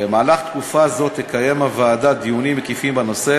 במהלך תקופה זו תקיים הוועדה דיונים מקיפים בנושא